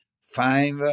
five